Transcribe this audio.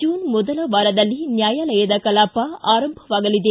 June ಮೊದಲ ವಾರದಲ್ಲಿ ನ್ಯಾಯಾಲಯದ ಕಲಾಪ ಆರಂಭವಾಗಲಿದೆ